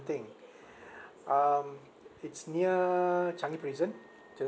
um it's near changi prison